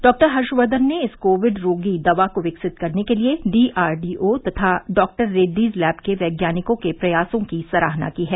doctor Harshvardhan ने इस Covid रोधी दवा को विकसित करने के लिए डीआरडीओ तथा डॉक्टर रेडीज लैब के वैज्ञानिकों के प्रयासों की सराहना की है